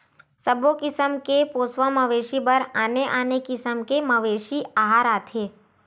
सबो किसम के पोसवा मवेशी बर आने आने किसम के मवेशी अहार आथे